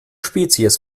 spezies